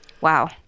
Wow